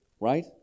right